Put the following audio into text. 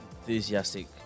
enthusiastic